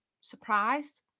surprised